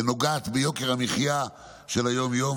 נוגעת ביוקר המחיה של היום-יום.